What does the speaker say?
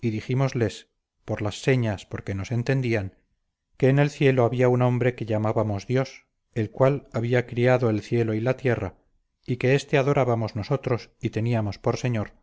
y dijímosles por las señas porque nos entendían que en el cielo había un hombre que llamábamos dios el cual había criado el cielo y la tierra y que éste adorábamos nosotros y teníamos por señor